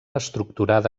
estructurada